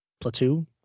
Platoon